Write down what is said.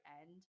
end